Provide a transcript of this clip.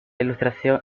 ilustración